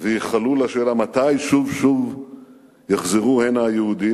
וייחלו ושאלו מתי שוב יחזרו הנה יהודים.